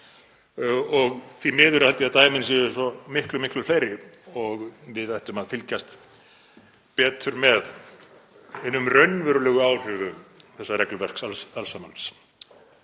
og því miður held ég að dæmin séu svo miklu fleiri og við ættum að fylgjast betur með hinum raunverulegu áhrifum þessa regluverks alls saman,